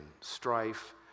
strife